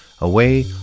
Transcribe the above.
away